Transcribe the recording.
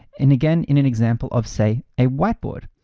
and again, in an example of say a whiteboard.